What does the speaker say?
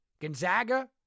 Gonzaga